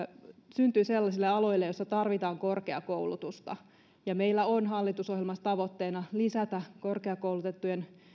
syntyy sellaisille aloille joissa tarvitaan korkeakoulutusta meillä on hallitusohjelmassa tavoitteena lisätä korkeakoulutettujen